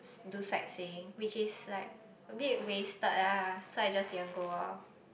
do sightseeing which is like a bit wasted lah so I just didn't go orh